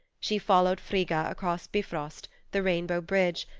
she followed frigga across bifrost, the rainbow bridge,